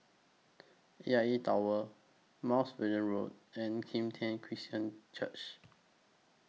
A I A Tower Mounts Vernon Road and Kim Tian Christian Church